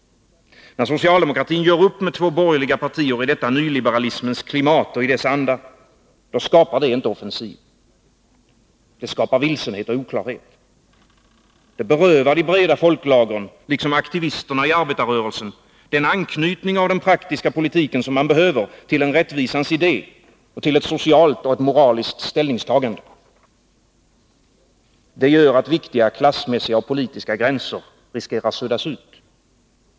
När socialdemokratin gör upp med två borgerliga partier i detta nyliberalismens klimat och i dess anda, då skapar det inte offensiv. Det skapar vilsenhet och oklarhet. Det berövar de breda folklagren liksom aktivisterna i arbetarrörelsen den nödvändiga anknytningen av den praktiska politiken till en rättvisans idé, till ett socialt och moraliskt ställningstagande. Det gör att viktiga klassmässiga och politiska gränser riskerar att suddas ut.